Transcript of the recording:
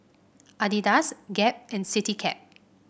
Adidas Gap and Citycab